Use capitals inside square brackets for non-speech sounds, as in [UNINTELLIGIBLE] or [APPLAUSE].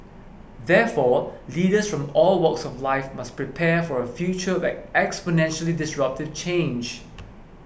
therefore leaders from all walks of life must prepare for a future [UNINTELLIGIBLE] exponentially disruptive change